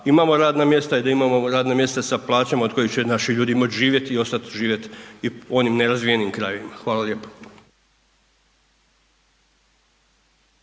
imamo radna mjesta i da imamo radna mjesta sa plaćama od kojih će naši ljudi moći živjeti i ostat živjeti i u onim nerazvijenim krajevima. Hvala lijepo.